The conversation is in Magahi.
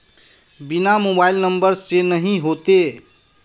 बिना मोबाईल नंबर से नहीं होते?